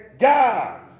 God